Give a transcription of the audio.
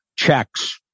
checks